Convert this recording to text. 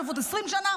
שפוט ל-20 שנה,